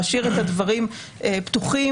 להשאיר את הדברים פתוחים,